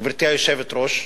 גברתי היושבת-ראש,